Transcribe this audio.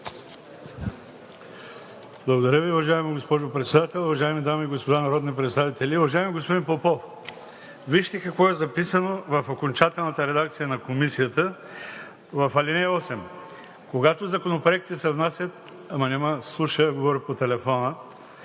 Ви, уважаема госпожо Председател. Уважаеми дами и господа народни представители! Уважаеми господин Попов, вижте какво е записано в окончателната редакция на Комисията в ал. 8: „Когато законопроектите се внасят…“, ама не ме слуша, говори по телефона